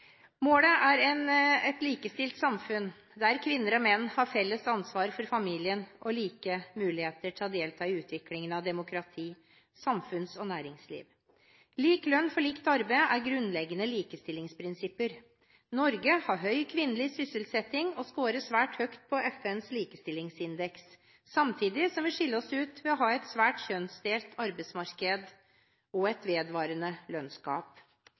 Målet er et likestilt samfunn, der kvinner og menn har felles ansvar for familien og like muligheter til å delta i utviklingen av demokrati, samfunns- og næringsliv. Lik lønn for likt arbeid er et grunnleggende likestillingsprinsipp. Norge har høy kvinnelig sysselsetting og skårer svært høyt på FNs likestillingsindeks, samtidig som vi skiller oss ut ved å ha et svært kjønnsdelt arbeidsmarked og et vedvarende lønnsgap.